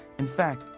in fact,